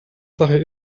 sache